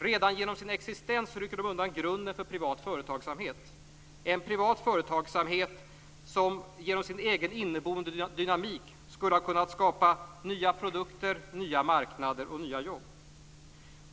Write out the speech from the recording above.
Redan genom sin existens rycker de undan grunden för privat företagsamhet, en privat företagsamhet som genom sin inneboende dynamik skulle ha kunnat skapa nya produkter, nya marknader och nya jobb.